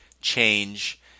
change